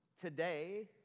Today